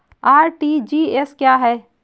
RTGS क्या है?